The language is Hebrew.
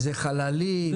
זה חללים,